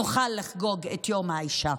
נוכל לחגוג את יום האישה.